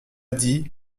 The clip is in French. dit